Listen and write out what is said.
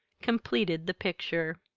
completed the picture.